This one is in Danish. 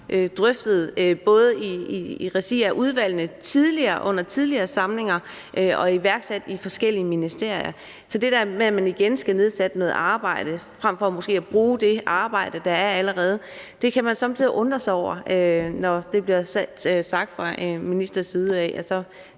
drøftet, både i regi af udvalgene under tidligere samlinger og iværksat i forskellige ministerier. Så det der med, at der igen skal iværksættes noget arbejde frem for måske at bruge det arbejde, der allerede er, kan man somme tider undre sig over, når det bliver sagt fra en ministers side.